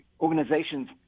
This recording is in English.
Organizations